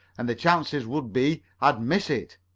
and the chances would be i'd miss it.